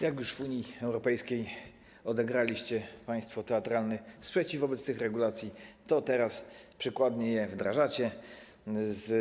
Jak już w Unii Europejskiej odegraliście państwo teatralny sprzeciw wobec tych regulacji, to teraz przykładnie je wdrażacie.